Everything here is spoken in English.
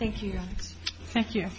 thank you thank you